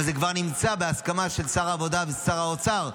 אבל זה כבר נמצא בהסכמה של שר העבודה ושר האוצר,